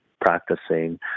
practicing